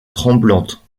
tremblante